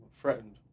threatened